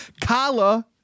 Kala